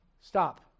Stop